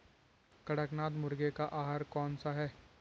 कड़कनाथ मुर्गे का आहार कौन सा है?